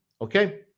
Okay